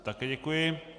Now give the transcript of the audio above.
Také děkuji.